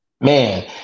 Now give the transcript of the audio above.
man